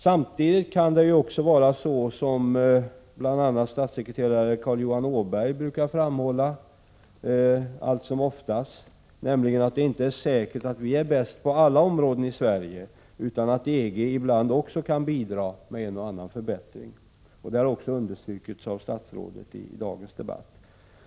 Samtidigt kan det också vara så som bl.a. statssekreterare Carl Johan Åberg brukar framhålla allt som oftast, nämligen att det inte är säkert att vi i Sverige är bäst på alla områden, utan att EG ibland också kan bidra med en och annan förbättring. Det har också understrukits av statsrådet i dagens debatt.